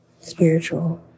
spiritual